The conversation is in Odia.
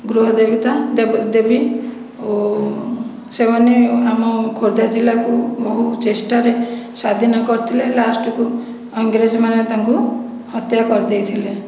ଗୃହ ଦେବତା ଦେବୀ ଓ ସେମାନେ ଆମ ଖୋର୍ଦ୍ଧା ଜିଲ୍ଲାକୁ ବହୁ ଚେଷ୍ଟାରେ ସ୍ୱାଧୀନ କରିଥିଲେ ଲାଷ୍ଟକୁ ଇଂରେଜମାନେ ତାଙ୍କୁ ହତ୍ୟା କରିଦେଇଥିଲେ